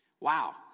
Wow